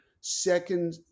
second